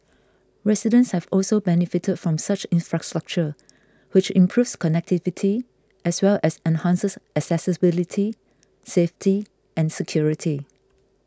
residents have also benefited from such infrastructure which improves connectivity as well as enhances accessibility safety and security